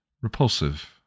repulsive